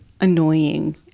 annoying